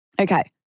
Okay